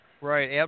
right